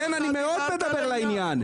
אני מאוד מדבר לעניין.